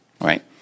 right